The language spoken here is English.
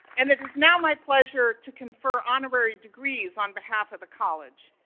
and it is now my pleasure to confer honorary degrees on behalf of the college.